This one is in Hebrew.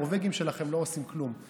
מילא הנורבגים שלכם לא עושים כלום,